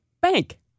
bank